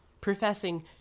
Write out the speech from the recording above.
professing